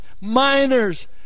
miners